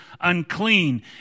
unclean